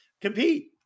compete